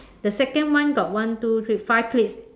the second one got one two three five plates